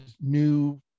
new